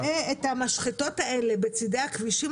אתה רואה את המשחטות האלה בצדי הכבישים,